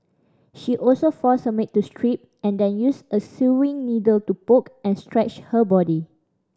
she also forced her maid to strip and then used a sewing needle to poke and scratch her body